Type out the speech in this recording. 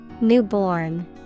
Newborn